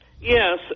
Yes